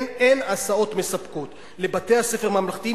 אין הסעות מספקות לבתי-ספר ממלכתיים,